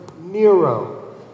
Nero